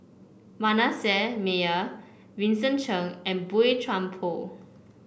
Manasseh Meyer Vincent Cheng and Boey Chuan Poh